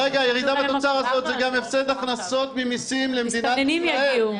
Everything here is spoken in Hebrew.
הירידה בתוצר הזו היא גם הפסד הכנסות ממסים למדינת ישראל.